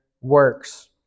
works